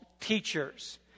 teachers